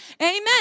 Amen